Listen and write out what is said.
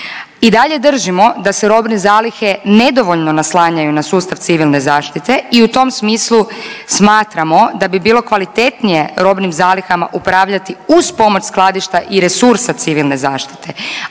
I dalje držimo da se robne zalihe nedovoljno naslanjaju na sustav civilne zaštite i u tom smislu smatramo da bi bilo kvalitetnije robnim zalihama upravljati uz pomoć skladišta i resursa civilne zaštite,